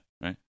right